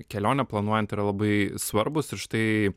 kelionę planuojant yra labai svarbūs ir štai